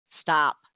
stop